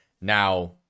Now